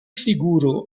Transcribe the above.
figuro